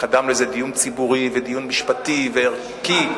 שקדם לזה דיון ציבורי ודיון משפטי וערכי,